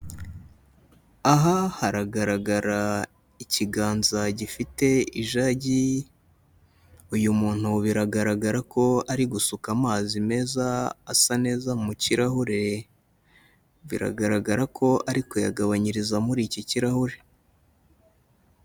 Aha haragaragara ikiganza gifite ijagi, uyu muntu biragaragara ko ari gusuka amazi meza asa neza mu kirahure, biragaragara ko ari kuyagabanyiriza muri iki kirahure.